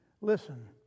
Listen